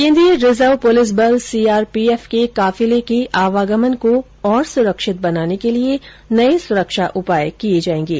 केन्द्रीय रिजर्व पुलिस बल सीआरपीएफ के काफिले के आवागमन को और सुरक्षित बनाने के लिए नए सुरक्षा उपाय किए जाएंगे